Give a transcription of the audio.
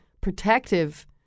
protective